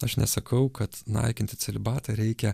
aš nesakau kad naikinti celibatą reikia